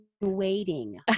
waiting